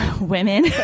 women